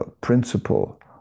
principle